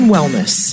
Wellness